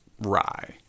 rye